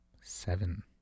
Seven